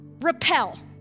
Repel